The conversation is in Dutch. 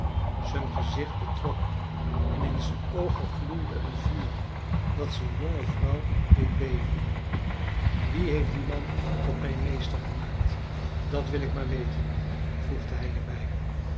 zijn gezicht betrok en in zijne oogen gloeide een vuur dat zijne jonge vrouw deed beven wie heeft dien man tot mijn meester gemaakt dat wil ik maar weten voegde hij er